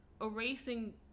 erasing